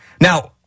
Now